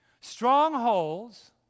Strongholds